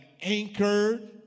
anchored